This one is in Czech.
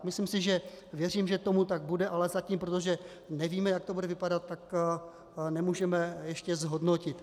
Myslím si, věřím, že tomu tak bude, ale zatím, protože nevíme jak to bude vypadat, tak to nemůžeme ještě zhodnotit.